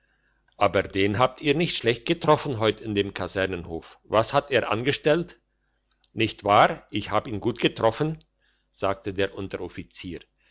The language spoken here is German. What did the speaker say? aber den habt ihr nicht schlecht getroffen heut in dem kasernenhof was hat er angestellt nicht wahr ich hab ihn gut getroffen sagte der unteroffizier